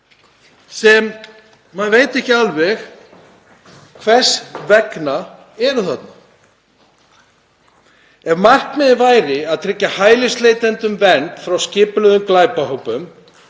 sem maður veit ekki alveg hvers vegna eru þar. Ef markmiðið væri að tryggja hælisleitendum vernd frá skipulögðum glæpahópum